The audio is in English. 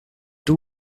two